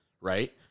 right